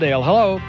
Hello